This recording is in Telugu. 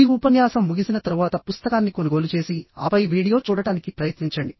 ఈ ఉపన్యాసం ముగిసిన తరువాత పుస్తకాన్ని కొనుగోలు చేసి ఆపై వీడియో చూడటానికి ప్రయత్నించండి